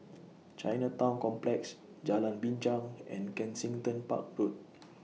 Chinatown Complex Jalan Binchang and Kensington Park Road